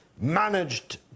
managed